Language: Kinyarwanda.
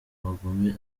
abagome